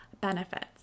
benefits